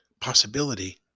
possibility